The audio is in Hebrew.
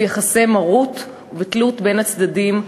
ביחסי מרות ובתלות בין הצדדים,